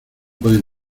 pueden